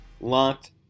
LOCKED